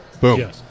boom